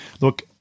look-